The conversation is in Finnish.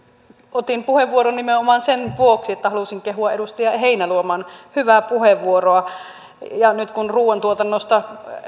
otin puheenvuoron nimenomaan sen vuoksi että halusin kehua edustaja heinäluoman hyvää puheenvuoroa nyt kun ruoantuotannosta